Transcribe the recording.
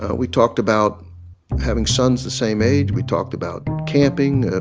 ah we talked about having sons the same age. we talked about camping.